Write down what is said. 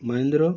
Mahindra